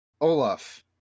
Olaf